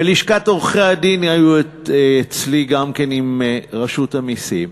ולשכת עורכי-הדין היו אצלי גם כן, עם רשות המסים,